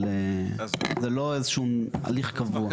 אבל זה לא איזשהו הליך קבוע.